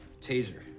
Taser